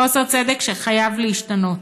חוסר צדק שחייב להשתנות.